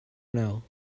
now